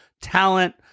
talent